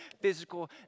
physical